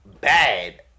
bad